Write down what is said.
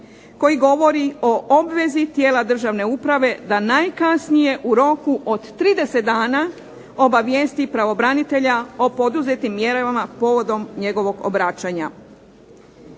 koji govori o obvezi tijela državne uprave da najkasnije u roku od 30 dana obavijesti pravobranitelja o poduzetim mjerama povodom njegovog obraćanja.